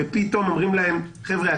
ופתאום אומרים להם: חבר'ה,